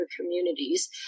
communities